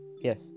yes